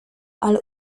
ale